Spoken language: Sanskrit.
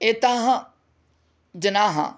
एताः जनाः